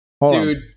Dude